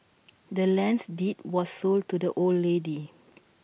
the land's deed was sold to the old lady